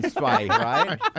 right